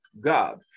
God